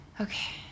Okay